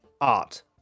art